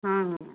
हाँ हाँ